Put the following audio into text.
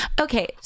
okay